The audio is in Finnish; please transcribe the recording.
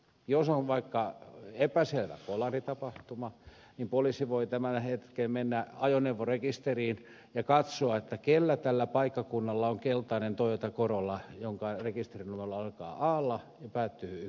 jos on vaikka epäselvä kolaritapahtuma niin poliisi voi tällä hetkellä mennä ajoneuvorekisteriin ja katsoa kellä tällä paikkakunnalla on keltainen toyota corolla jonka rekisterinumero alkaa alla ja päättyy ykköseen